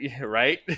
right